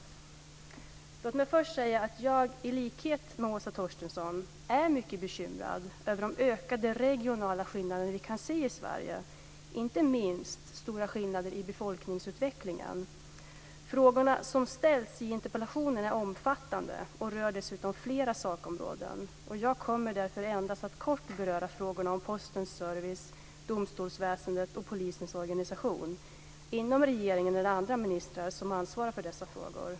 Låt mig först säga att jag, i likhet med Åsa Torstensson, är mycket bekymrad över de ökade regionala skillnader vi kan se i Sverige, inte minst stora skillnader i befolkningsutvecklingen. Frågorna som ställs i interpellationen är omfattande och rör dessutom flera sakområden. Jag kommer därför att endast kort beröra frågorna om Postens service, domstolsväsendet och polisens organisation. Inom regeringen är det andra ministrar som ansvarar för dessa frågor.